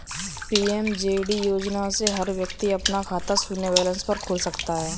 PMJD योजना से हर व्यक्ति अपना खाता शून्य बैलेंस पर खोल सकता है